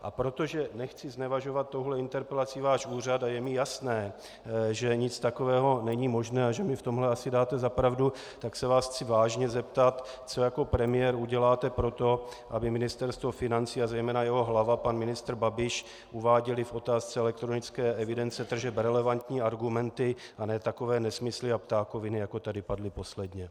A protože nechci znevažovat touhle interpelací váš úřad a je mi jasné, že nic takového není možné a že mi v tomhle asi dáte za pravdu, tak se vás chci vážně zeptat, co jako premiér uděláte pro to, aby Ministerstvo financí a zejména jeho hlava pan ministr Babiš uváděli v otázce elektronické evidence tržeb relevantní argumenty a ne takové nesmysly a ptákoviny, jako tady padly posledně.